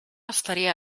estaria